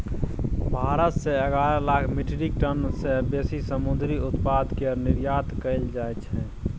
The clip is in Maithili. भारत सँ एगारह लाख मीट्रिक टन सँ बेसी समुंदरी उत्पाद केर निर्यात कएल जाइ छै